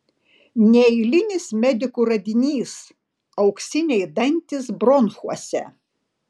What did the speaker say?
neeilinis medikų radinys auksiniai dantys bronchuose